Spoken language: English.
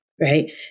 right